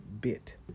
bit